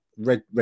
Red